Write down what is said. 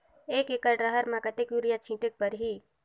एक एकड रहर म कतेक युरिया छीटेक परही?